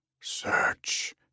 search